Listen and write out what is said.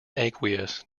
aqueous